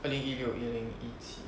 二零一六一零一七